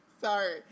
Sorry